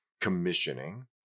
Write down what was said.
commissioning